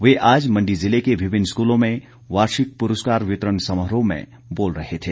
वे आज मण्डी जिले के विभिन्न स्कूलों में वार्षिक पुरस्कार वितरण समारोहों में बोल रहे थे